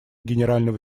генерального